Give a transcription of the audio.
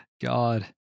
god